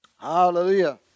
Hallelujah